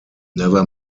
never